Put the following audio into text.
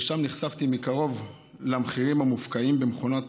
ושם נחשפתי מקרוב למחירים המופקעים במכונות